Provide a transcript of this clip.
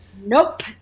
Nope